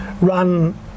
run